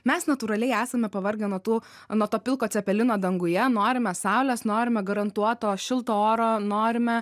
mes natūraliai esame pavargę nuo tų nuo to pilko cepelino danguje norime saulės norime garantuoto šilto oro norime